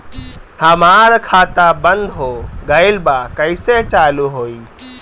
हमार खाता बंद हो गइल बा कइसे चालू होई?